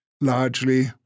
largely